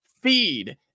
feed